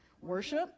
Worship